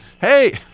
hey